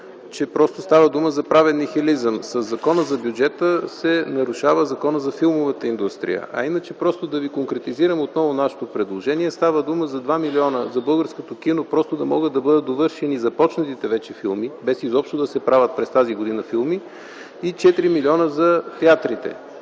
че просто става дума за правен нихилизъм. Със Закона за бюджета се нарушава Законът за филмовата индустрия. А иначе, просто да ви конкретизирам отново нашето предложение – става дума за 2 милиона за българското кино, просто да могат да бъдат довършени започнатите вече филми, без изобщо да се правят филми през тази година, и 4 милиона – за театрите.